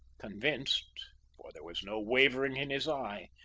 convinced for there was no wavering in his eye,